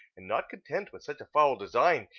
and not content with such a foul design,